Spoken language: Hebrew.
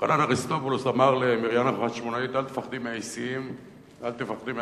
יוחנן אריסטובולוס אמר למרים החשמונאית: אל תפחדי מהאיסיים,